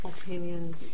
opinions